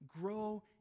Grow